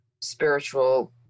spiritual